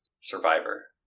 Survivor